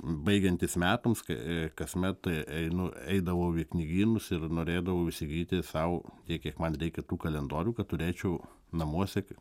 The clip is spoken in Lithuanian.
baigiantis metams kai kasmet einu eidavau į knygynus ir norėdavau įsigyti sau tiek kiek man reikia tų kalendorių kad turėčiau namuose